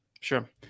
sure